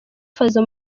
fazzo